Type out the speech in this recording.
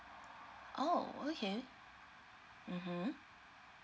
oh okay (uh huh)